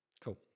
Cool